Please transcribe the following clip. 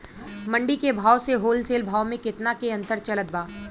मंडी के भाव से होलसेल भाव मे केतना के अंतर चलत बा?